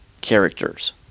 characters